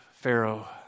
Pharaoh